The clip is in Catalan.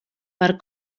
per